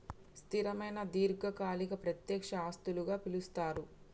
స్థిరమైన దీర్ఘకాలిక ప్రత్యక్ష ఆస్తులుగా పిలుస్తరు